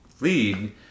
lead